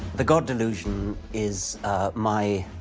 the god delusion is my